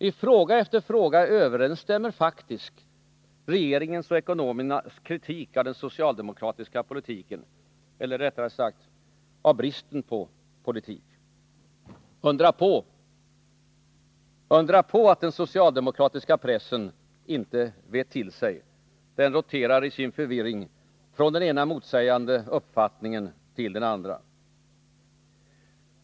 I fråga efter fråga överensstämmer faktiskt regeringens och ekonomernas kritik av den socialdemokratiska politiken eller — rättare sagt — av bristen på politik. Undra på att den socialdemokratiska pressen inte vet till sig. Den roterar i sin förvirring från den ena motsägande uppfattningen till den andra.